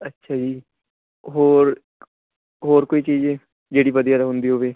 ਅੱਛਾ ਜੀ ਹੋਰ ਹੋਰ ਕੋਈ ਚੀਜ਼ ਜਿਹੜੀ ਵਧੀਆ ਹੁੰਦੀ ਹੋਵੇ